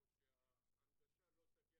או שההנגשה לא תגיע